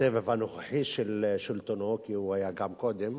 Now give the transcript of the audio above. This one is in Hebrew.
בסבב הנוכחי של שלטונו, כי הוא היה גם קודם,